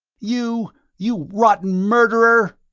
you you rotten murderer!